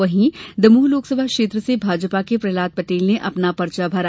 वहीं दमोह लोकसभा क्षेत्र से भाजपा के प्रह्लाद पटेल ने अपना पर्चा भरा